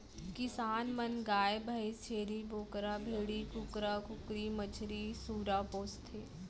किसान मन गाय भईंस, छेरी बोकरा, भेड़ी, कुकरा कुकरी, मछरी, सूरा पोसथें